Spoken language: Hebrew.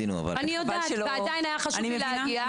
אני יודעת, ועדיין היה חשוב לי להגיע.